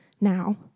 now